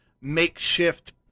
makeshift